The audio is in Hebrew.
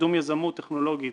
קידום יזמות טכנולוגית